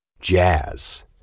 Jazz